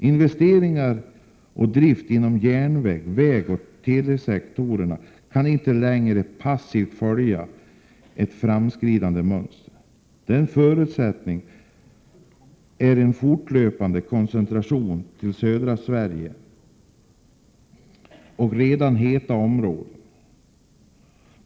Investeringar och drift inom järnvägs-, vägoch telesektorerna kan inte längre passivt följa ett mönster där förutsättningen är en fortlöpande koncentration till södra Sverige och till andra redan så att säga heta områden.